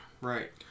Right